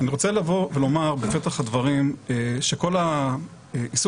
אני רוצה לבוא ולומר בפתח הדברים שכל העיסוק